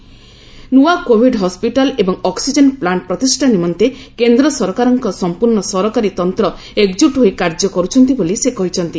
ଏବଂ ନୂଆ Covid hospital ଏବଂ ଅକ୍କିଜେନ ପ୍ଲାଂଟ ପ୍ରତିଷ୍ଠା ନିମନ୍ତେ କେନ୍ଦ୍ର ସରକାରଙ୍କ ସମ୍ପୁର୍ଣ୍ଣ ସରକାରୀ ତନ୍ତ୍ର ଏକଜ୍ଜୁଟ ହୋଇ କାର୍ଯ୍ୟ କରୁଛନ୍ତି ବୋଲି ସେ କହିଛନ୍ତି